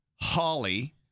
Holly